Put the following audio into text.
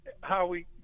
Howie